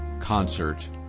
Concert